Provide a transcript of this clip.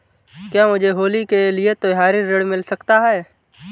क्या मुझे होली के लिए त्यौहारी ऋण मिल सकता है?